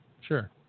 Sure